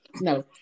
No